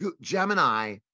Gemini